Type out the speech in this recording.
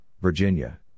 Virginia